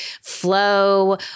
flow